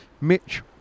Mitch